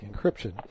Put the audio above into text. encryption